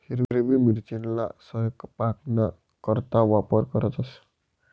हिरवी मिरचीना सयपाकना करता वापर करतंस